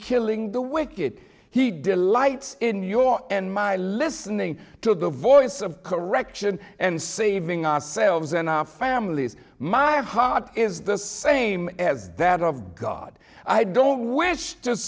killing the wicked he delights in your and my listening to the voice of correction and saving ourselves and our families my heart is the same as that of god i don't wish